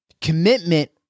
Commitment